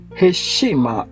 heshima